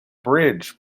bridge